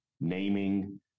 naming